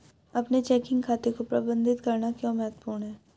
अपने चेकिंग खाते को प्रबंधित करना क्यों महत्वपूर्ण है?